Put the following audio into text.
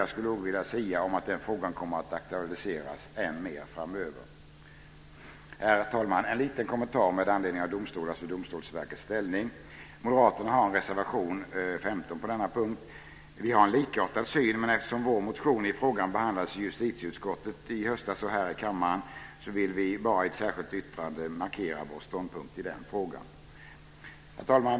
Jag skulle nog vilja sia om att den frågan kommer att aktualiseras än mer framöver. Herr talman! En liten kommentar med anledning av domstolars och Domstolsverkets ställning. Moderaterna har en reservation 15 på denna punkt. Vi har en likartad syn, men eftersom vår motion i frågan behandlats i justitieutskottet och här i kammaren i höstas, vill vi i ett särskilt yttrande bara markera vår ståndpunkt i den frågan. Herr talman!